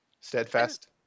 steadfast